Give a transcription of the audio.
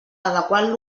adequant